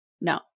No